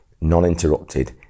non-interrupted